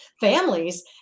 families